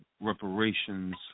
reparations